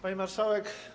Pani Marszałek!